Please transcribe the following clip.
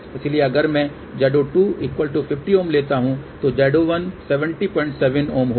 इसलिए अगर मैं Z02 50Ω लेता हूं तो Z01 707 Ω होगा